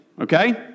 Okay